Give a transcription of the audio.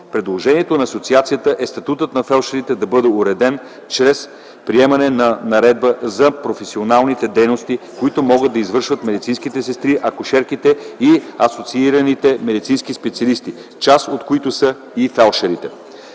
Предложението на асоциацията е статутът на фелдшерите да бъде уреден чрез приемане на наредбата за професионалните дейности, които могат да извършват медицинските сестри, акушерките и асоциираните медицински специалисти, част от които са и фелдшерите.